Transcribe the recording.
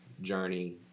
journey